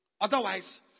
Otherwise